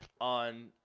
on